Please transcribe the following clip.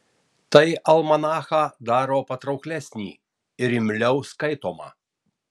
tai almanachą daro patrauklesnį ir imliau skaitomą